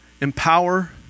Empower